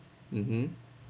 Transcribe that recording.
mmhmm